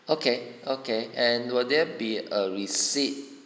okay okay and will there be a receipt